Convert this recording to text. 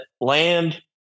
land